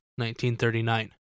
1939